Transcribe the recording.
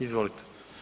Izvolite.